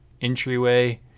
entryway